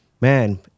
man